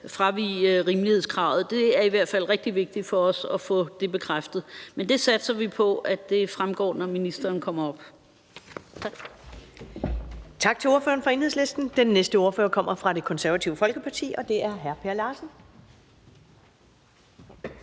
fravige rimelighedskravet. Det er i hvert fald rigtig vigtigt for os at få det bekræftet. Men det satser vi på fremgår, når ministeren kommer herop. Tak.